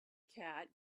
cat